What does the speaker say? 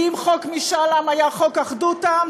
ואם חוק משאל העם היה חוק אחדות העם,